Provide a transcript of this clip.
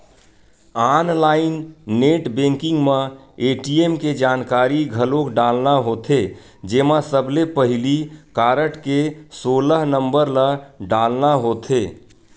online net banking म ATM के जानकारी घलोक डालना होथे जेमा सबले पहिली कारड के सोलह नंबर ल डालना होथे